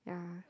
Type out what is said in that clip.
yeah